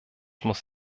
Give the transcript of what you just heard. muss